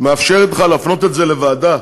מאפשרת לך להפנות את זה לוועדה,